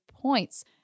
points